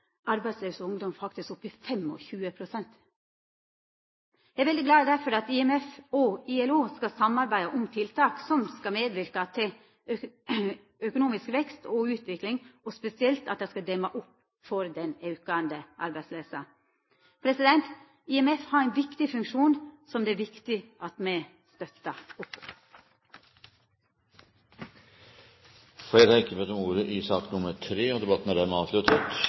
på arbeidslaus ungdom faktisk oppe i 25 pst. Eg er veldig glad for at IMF og ILO skal samarbeida om tiltak som skal medverka til økonomisk vekst og utvikling, og spesielt at dei skal demma opp for den aukande arbeidsløysa. IMF har ein viktig funksjon som det er viktig at me støttar opp om. Flere har ikke bedt om ordet til sak nr. 3. Etter ønske fra finanskomiteen vil presidenten foreslå at taletiden begrenses til 40 minutter og